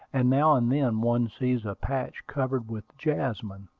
and now and then one sees a patch covered with jasmine,